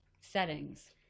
settings